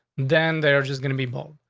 then they're just gonna be bold.